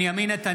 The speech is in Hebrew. איפה החטופים?